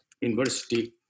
university